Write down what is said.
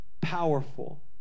powerful